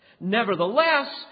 Nevertheless